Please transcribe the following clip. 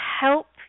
help